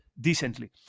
decently